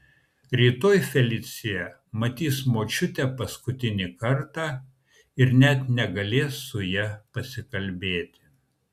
rytoj felicija matys močiutę paskutinį kartą ir net negalės su ja pasikalbėti